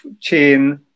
chain